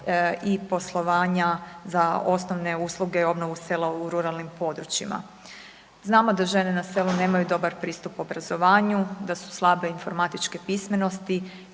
i poslovanja za osnovne usluge i obnovu sela u ruralnim područjima. Znamo da žene na selu nemaju dobar pristup obrazovanju, da su slabe informatičke pismenosti,